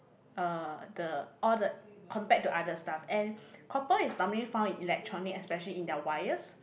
uh the all the compared to other stuff and copper is normally found in electronics especially in their wires